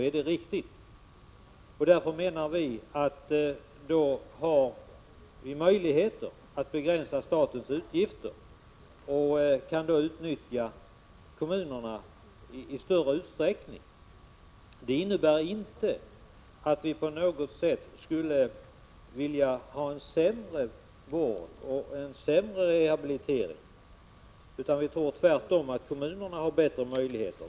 Vi menar att det därför finns möjligheter att begränsa statens utgifter och i större utsträckning utnyttja kommunerna. Det innebär inte att vi på något sätt skulle vilja ha en sämre vård och en sämre rehabilitering. Vi tror tvärtom att kommunerna har bättre möjligheter.